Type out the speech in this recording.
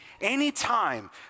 Anytime